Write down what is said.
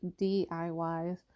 DIYs